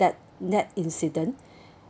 that that incident